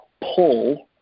pull